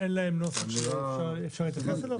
אין איזה נוסח שאפשר להתייחס אליו?